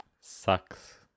sucks